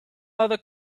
other